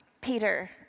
Peter